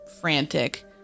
frantic